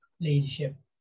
leadership